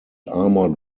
armored